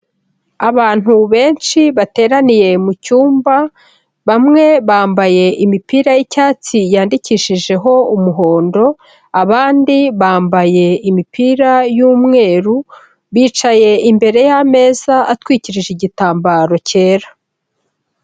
Abantu benshi bateraniye mu cyumba, bamwe bambaye imipira y'icyatsi yandikishijeho umuhondo, abandi bambaye imipira y'umweru, bicaye imbere y'ameza atwikirije igitambaro cyera.